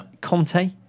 Conte